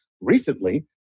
Recently